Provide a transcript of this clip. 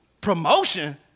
Promotion